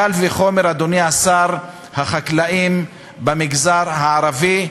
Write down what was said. קל וחומר, אדוני השר, החקלאים במגזר הערבי.